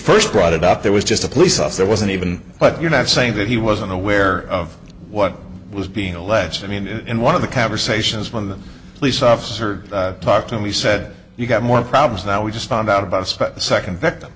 first brought it up there was just a police officer wasn't even but you're not saying that he wasn't aware of what was being alleged i mean in one of the conversations when the police officer talked and he said you've got more problems now we just found out about